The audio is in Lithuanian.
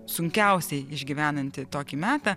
sunkiausiai išgyvenanti tokį metą